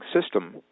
system